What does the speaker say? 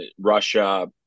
Russia